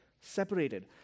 separated